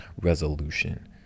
resolution